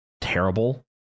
terrible